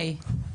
שלום,